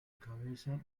cabeza